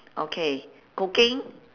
okay cooking